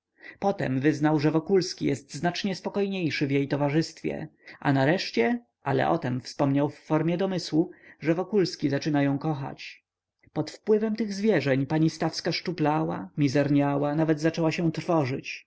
potem wyznał że wokulski jest znacznie spokojniejszy w jej towarzystwie a nareszcie ale o tem wspomniał w formie domysłu że wokulski zaczyna ją kochać pod wpływem tych zwierzeń pani stawska szczuplała mizerniała nawet zaczęła się trwożyć